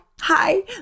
hi